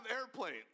airplanes